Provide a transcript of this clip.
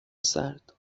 سرد